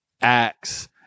acts